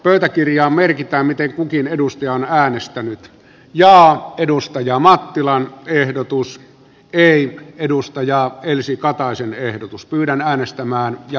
pöytäkirjaan merkitään miten kukin edustajana äänestänyt ja edustaja mattilan ehdotus ei edustaja elsi kataisen ehdotus myydään äänestämään ja